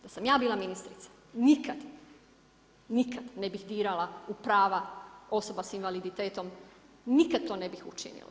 Da sam ja bila ministrica nikada, nikada ne bih dirala u prava osoba sa invaliditetom, nikada to ne bih učinila.